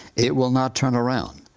it will not turn around,